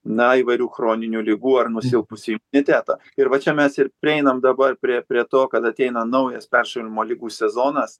na įvairių chroninių ligų ar nusilpusį imunitetą ir va čia mes ir prieinam dabar prie prie to kad ateina naujas peršalimo ligų sezonas